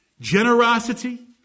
generosity